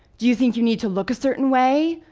do you think you need to look a certain way,